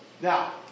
Now